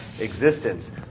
existence